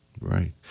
Right